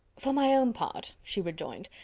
for my own part, she rejoined,